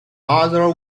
mother